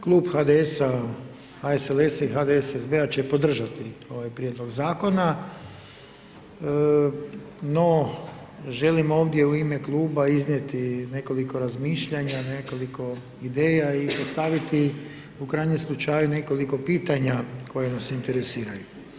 Klub HDS-HSLS-HDSSB-a će podržati ovaj prijedlog zakona, no želim ovdje u ime kluba iznijeti nekoliko razmišljanja, nekoliko ideja i postaviti, u krajnjem slučaju nekoliko pitanja koja nas interesiraju.